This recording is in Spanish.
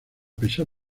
pesar